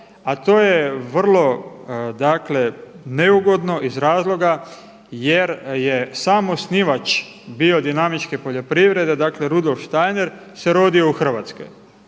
a to je vrlo neugodno iz razloga jer je sam osnivač biodinamičke poljoprivrede Rudolf Steiner se rodio u Hrvatskoj.